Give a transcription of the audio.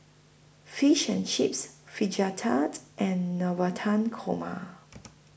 Fish and Chips Fajitas and Navratan Korma